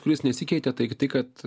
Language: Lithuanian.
kuris nesikeitė tai tai kad